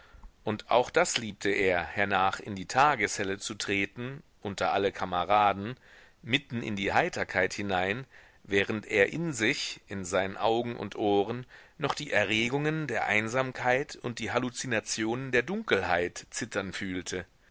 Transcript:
und auch das liebte er hernach in die tageshelle zu treten unter alle kameraden mitten in die heiterkeit hinein während er in sich in seinen augen und ohren noch die erregungen der einsamkeit und die halluzinationen der dunkelheit zittern fühlte